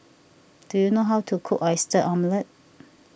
do you know how to cook Oyster Omelette